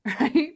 Right